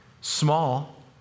small